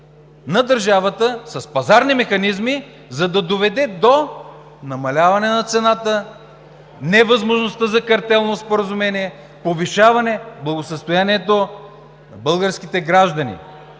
на държавата с пазарни механизми, за да доведе до намаляване на цената, невъзможността за картелно споразумение, повишаване благосъстоянието на българските граждани.